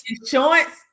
Insurance